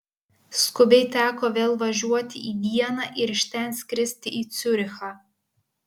skubiai teko vėl važiuoti į vieną ir iš ten skristi į ciurichą